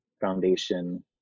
foundation